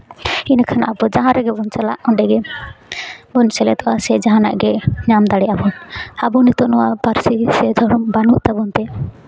ᱮᱸᱰᱮᱠᱷᱟᱱ ᱟᱵᱚ ᱡᱟᱦᱟᱸ ᱨᱮᱜᱮ ᱵᱚᱱ ᱪᱟᱞᱟᱜ ᱚᱸᱰᱮᱜᱮ ᱥᱮᱞᱮᱫᱚᱜᱼᱟ ᱥᱮ ᱡᱟᱦᱟᱱᱟᱜ ᱜᱮ ᱧᱟᱢ ᱫᱟᱲᱮᱭᱟᱜᱼᱟ ᱵᱚᱱ ᱟᱵᱚ ᱱᱤᱛᱚᱜ ᱱᱚᱣᱟ ᱯᱟᱹᱨᱥᱤ ᱥᱮ ᱫᱷᱚᱨᱚᱢ ᱵᱟᱹᱱᱩᱜ ᱛᱟᱵᱚᱱ ᱛᱮ